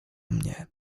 mnie